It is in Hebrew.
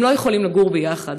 הם לא יכולים לגור יחד.